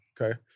Okay